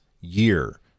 year